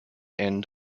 end